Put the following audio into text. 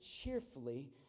cheerfully